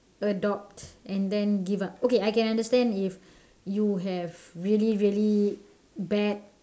adopt and then give up okay I can understand if you have really really bad